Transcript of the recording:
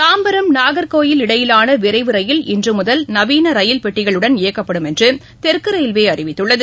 தாம்பரம் நாகர்கோயில் இடை யிலான விரைவு ரயில் இன்று முதல் நவீன ரயில் பெட்டிகளுன் இயக்கப்படும் என்று தெற்கு ரயில்வே அறிவித்துள்ளது